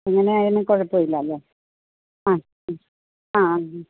അങ്ങനെയായാലും കുഴപ്പമില്ലല്ലേ ആ ഉം ആ ഉം